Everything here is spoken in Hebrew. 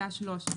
ממצלמה.";